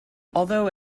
although